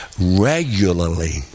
regularly